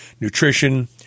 nutrition